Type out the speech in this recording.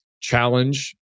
challenge